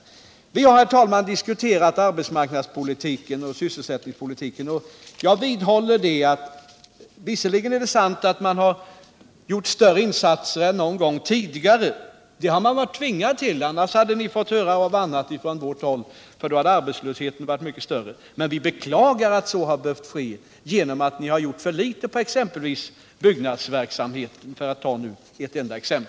Visserligen är det sant att man när det gäller arbetsmarknadspolitiken och sysselsättningspolitiken gjort större insatser än någon gång tidigare — det har man varit tvingad till; annars hade ni fått höra på annat från vårt håll, för då hade arbetslösheten varit större. Men vi beklagar att så har behövt ske genom att ni har gjort för litet när det gäller byggnadsverksamheten, för att bara ta ett enda exempel.